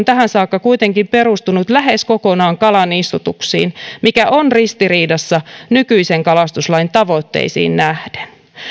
tähän saakka kuitenkin perustunut lähes kokonaan kalanistutuksiin mikä on ristiriidassa nykyisen kalastuslain tavoitteisiin nähden